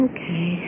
Okay